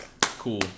Cool